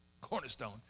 cornerstone